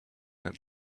that